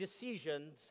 decisions